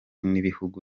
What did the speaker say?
n’ibihugu